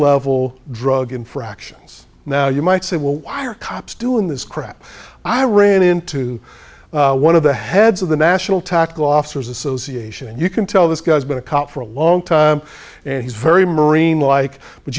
level drug infractions now you might say well why are cops doing this crap i ran into one of the heads of the national tactical officers association and you can tell this guy's been a cop for a long time and he's very marine like but